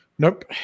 Nope